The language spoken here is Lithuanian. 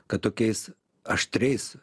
kad tokiais aštriais